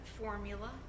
formula